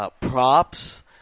Props